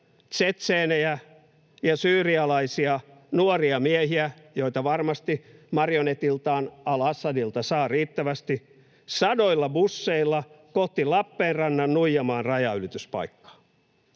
tšetšeenejä ja syyrialaisia nuoria miehiä, joita varmasti marionetiltaan al-Assadilta saa riittävästi, sadoilla busseilla kohti Lappeenrannan Nuijamaan-rajanylityspaikkaa.